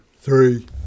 three